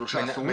שלושה עשורים.